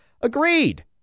agreed